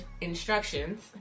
instructions